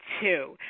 two